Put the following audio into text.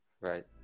Right